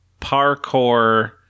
parkour